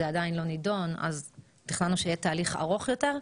תכננו שיהיה תהליך ארוך יותר.